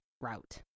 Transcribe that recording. route